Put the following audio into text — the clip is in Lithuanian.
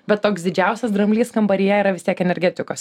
bet toks didžiausias dramblys kambaryje yra vis tiek energetikos